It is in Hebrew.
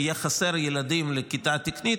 יהיו חסרים ילדים לכיתה תקנית,